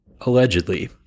Allegedly